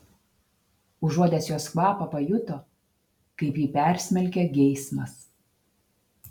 užuodęs jos kvapą pajuto kaip jį persmelkia geismas